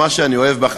מה שאני אוהב בך,